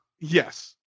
Yes